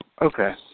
Okay